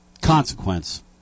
consequence